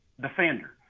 defender